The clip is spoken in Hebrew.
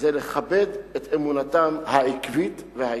לכבד את אמונתם העקבית והעיקשת.